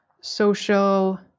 social